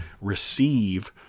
receive